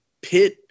pit